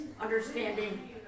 understanding